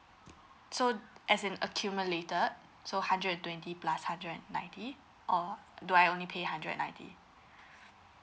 so as in accumulated so hundred and twenty plus hundred and ninety or do I only pay hundred and ninety